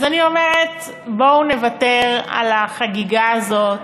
אז אני אומרת: בואו נוותר על החגיגה הזאת.